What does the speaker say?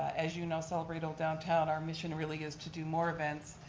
as you know, celebrate old downtown, our mission really is to do more events.